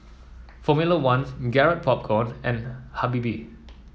Formula One Garrett Popcorn and Habibie